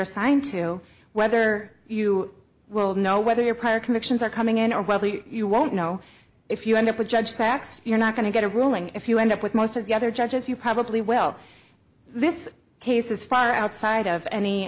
assigned to whether you will know whether your prior convictions are coming in or well you won't know if you end up with judge facts you're not going to get a ruling if you end up with most of the other judges you probably well this case is far outside of